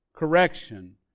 Correction